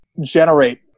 generate